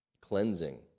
cleansing